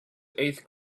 eighth